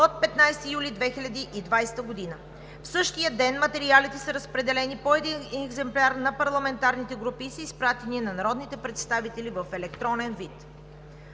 от 15 юли 2020 г. В същия ден материалите са разпределени по един екземпляр на парламентарните групи и са изпратени на народните представители в електронен вид.